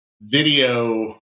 video